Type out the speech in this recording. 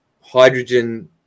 hydrogen